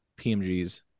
PMGs